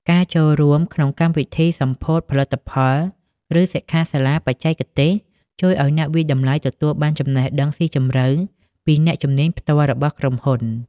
ការចូលរួមក្នុងកម្មវិធីសម្ពោធផលិតផល ឬសិក្ខាសាលាបច្ចេកទេស ជួយឱ្យអ្នកវាយតម្លៃទទួលបានចំណេះដឹងស៊ីជម្រៅពីអ្នកជំនាញផ្ទាល់របស់ក្រុមហ៊ុន។